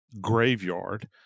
graveyard